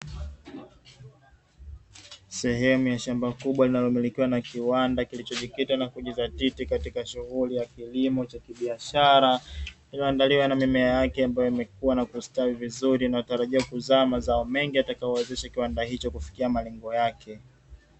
Sehemu ya shamba kubwa linalo milikiwa na kiwanda kilicho jikita na kujidhatiti katika sughuli ya kilimo cha kibiashara, lilo andaliwa na mimea yake ambayo imekuwa na kustawi vizuri inayo tarajiwa kuzaa mazao mengi yatakayo wezesha kiwanda hicho kufikia malengo yake.